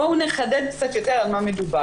בואו נחדד קצת יותר על מה מדובר.